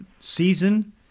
season